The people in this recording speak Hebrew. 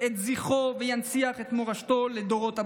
את זכרו וינציח את מורשתו לדורות הבאים.